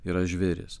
yra žvėris